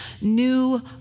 new